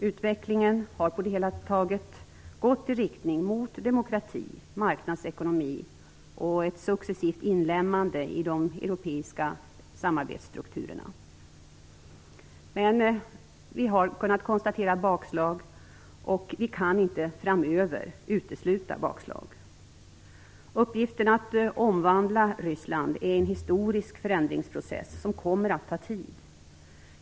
Utvecklingen har på det hela taget gått i riktning mot demokrati, marknadsekonomi och ett successivt inlemmande i de europeiska samarbetsstrukturerna. Men vi har kunnat konstatera bakslag, och vi kan inte framöver utesluta bakslag. Uppgiften att omvandla Ryssland är en historisk förändringsprocess, som kommer att ta tid.